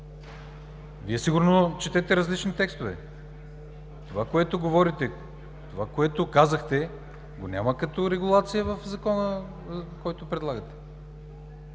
Вие сигурно четете различни текстове. Това, което говорите, това, което казахте, го няма като регулация в Закона, който предлагате?